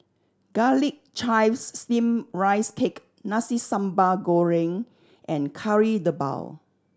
Garlic Chives Steamed Rice Cake Nasi Sambal Goreng and Kari Debal